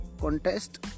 contest